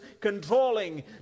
controlling